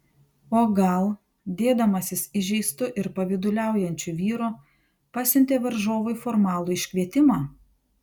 o gal dėdamasis įžeistu ir pavyduliaujančiu vyru pasiuntė varžovui formalų iškvietimą